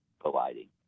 colliding